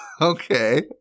okay